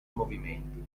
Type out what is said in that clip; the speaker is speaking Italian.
movimenti